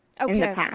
Okay